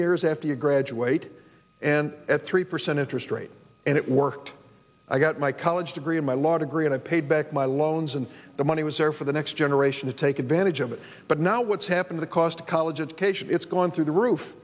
years after you graduate and at three percent interest rate and it worked i got my college degree and my law degree and i paid back my loans and the money was there for the next generation to take advantage of it but now what's happened the cost of college education it's gone through the roof